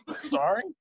sorry